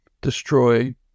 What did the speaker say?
destroy